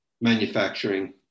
manufacturing